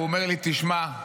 הוא אומר לי: תשמע,